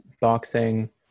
boxing